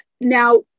now